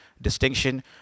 distinction